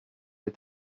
est